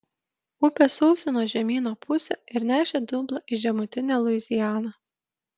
upė sausino žemyno pusę ir nešė dumblą į žemutinę luizianą